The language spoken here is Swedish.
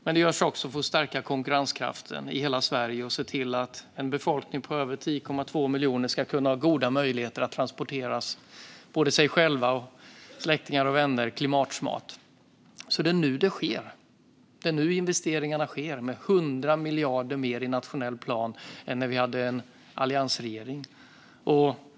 Men det görs också för att stärka konkurrenskraften i hela Sverige och se till att en befolkning på över 10,2 miljoner ska kunna ha goda möjligheter att transportera både sig själva och släktingar och vänner klimatsmart. Det är nu det sker. Det är nu investeringarna sker, med 100 miljarder mer i nationell plan än när vi hade en alliansregering.